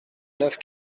neuf